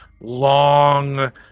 long